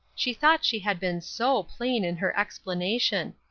she thought she had been so plain in her explanation.